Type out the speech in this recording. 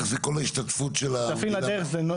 זה אחד התקציבים ליהודים בלבד במדינה.